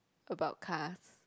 about cars